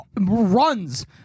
runs